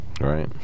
Right